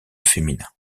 féminin